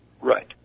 right